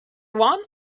one